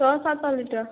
ଛଅ ସାତ ଲିଟର୍